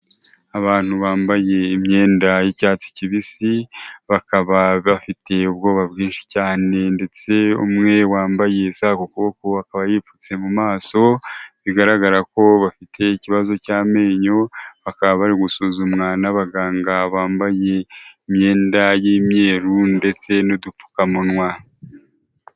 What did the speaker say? Abantu bambaye imyenda y'icyatsi kibisi bakaba bafitiye ubwoba bwinshi cyane, ndetse umwe wambaye isaha ku kuboko akaba yipfutse mu maso, bigaragara ko bafite ikibazo cy'amenyo bakaba bari gusuzumwa n'abaganga bambaye imyenda y'imyeru, ndetse n'udupfukamunwa.